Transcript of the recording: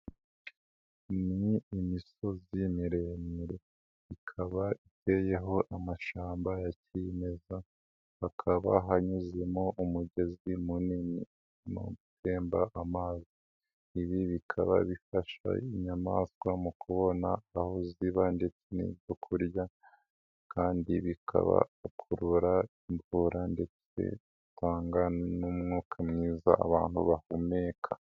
Ni imisozi miremire ikaba iteyeho amashamba ya kimeza, hakaba hanyuzemo umugezi munini, urimo gutemba amazi ibi bikaba bifasha inyamaswa mu kubona aho ziba ndetse n'ibyokurya kandi bikaba byakurura imvura, ndetse bitanga n'umwuka mwiza abantu bahumeka.